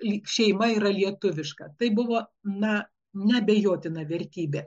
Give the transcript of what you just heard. lyg šeima yra lietuviška tai buvo na neabejotina vertybė